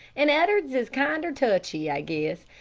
and ed'ards is kinder touchy, i guess.